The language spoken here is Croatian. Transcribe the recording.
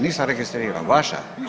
Nisam registrirao, vaša?